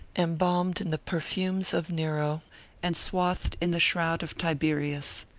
embalmed in the perfumes of nero and swathed in the shroud of tiberius!